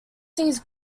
these